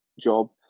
job